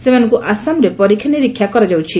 ସେମାନଙ୍କୁ ଆସାମରେ ପରୀକ୍ଷାନିରୀକ୍ଷା କରାଯାଇଛି